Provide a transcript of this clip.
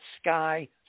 sky